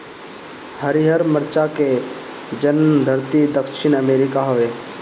हरिहर मरचा के जनमधरती दक्षिण अमेरिका हवे